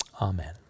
Amen